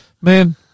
Man